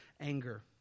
anger